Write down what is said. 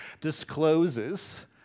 discloses